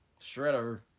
Shredder